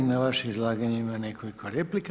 I na vaše izlaganje ima nekoliko replika.